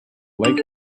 lake